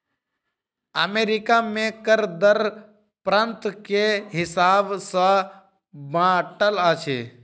America में कर दर प्रान्त के हिसाब सॅ बाँटल अछि